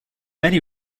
many